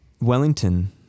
Wellington